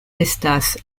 estas